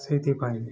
ସେଇଥିପାଇଁ